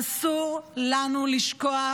אסור לנו לשכוח